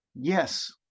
Yes